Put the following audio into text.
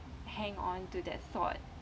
hang onto that thought